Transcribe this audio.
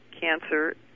cancer